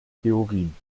theorien